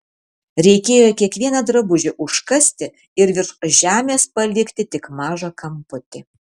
reikėjo kiekvieną drabužį užkasti ir virš žemės palikti tik mažą kamputį